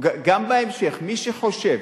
גם בהמשך, מי שחושב,